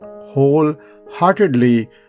wholeheartedly